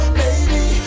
baby